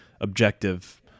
objective